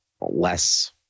less